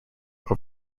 over